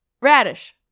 Radish